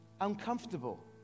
uncomfortable